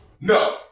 no